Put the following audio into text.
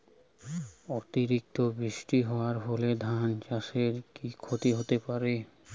অতিরিক্ত বৃষ্টি হওয়ার ফলে ধান চাষে কি ক্ষতি হতে পারে?